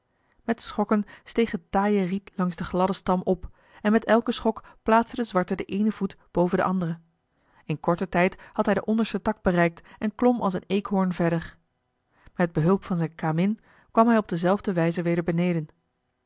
met schokken steeg het taaie riet langs den gladden stam op en met elken schok plaatste de zwarte den eenen voet boven den anderen in korten tijd had hij den ondersten tak bereikt en klom als een eekhoorn verder met behulp van zijn kamin kwam hij op dezelfde wijze weder beneden